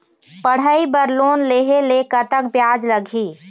पढ़ई बर लोन लेहे ले कतक ब्याज लगही?